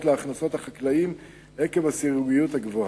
להכנסות החקלאים עקב הסירוגיות הגבוהה.